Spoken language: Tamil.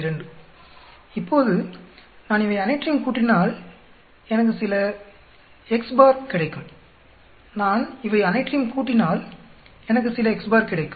இப்போது நான் இவை அனைற்றையும் கூட்டினால் எனக்கு சில கிடைக்கும் நான் இவை அனைற்றையும் கூட்டினால் எனக்கு சில கிடைக்கும்